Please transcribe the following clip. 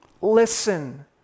listen